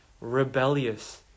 rebellious